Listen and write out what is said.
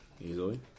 Easily